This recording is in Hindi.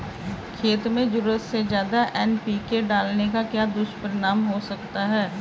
खेत में ज़रूरत से ज्यादा एन.पी.के डालने का क्या दुष्परिणाम हो सकता है?